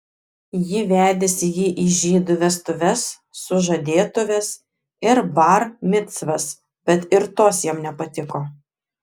ji vedėsi jį į žydų vestuves sužadėtuves ir bar micvas bet ir tos jam nepatiko